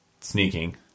sneaking